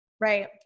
Right